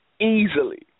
Easily